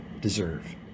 deserve